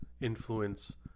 influence